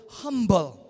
humble